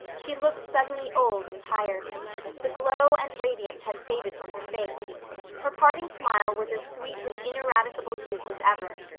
she looked suddenly old and tired the glow and radiance had faded from her face her parting smile was as sweet with ineradicable youth as ever,